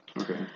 Okay